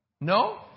No